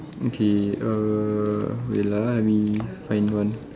okay err wait lah let me find one